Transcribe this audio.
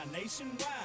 nationwide